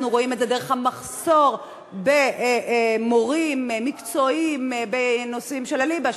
אנחנו רואים את זה דרך המחסור במורים מקצועיים בנושאים של הליבה,